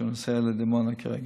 כשהוא נוסע לדימונה כרגע.